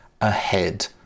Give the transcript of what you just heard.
ahead